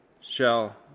Shall